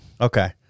Okay